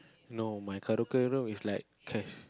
no my karaoke room is like cash